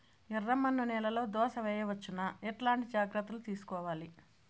ఎర్రమన్ను నేలలో దోస వేయవచ్చునా? ఎట్లాంటి జాగ్రత్త లు తీసుకోవాలి?